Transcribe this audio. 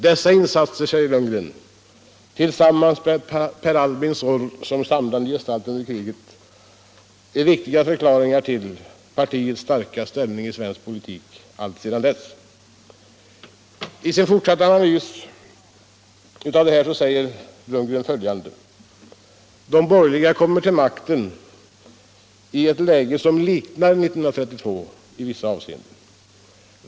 Dessa insatser” — säger Lundgren vidare — ”är säkert, tillsammans med Per Albins roll som samlande gestalt under kriget, viktiga förklaringar till partiets starka ställning i svensk politik alltsedan dess.” Fsin fortsatta analys säger Lundgren följande: ”De borgerliga kommer till makten i ett läge som liknar 1932 i vissa avseenden.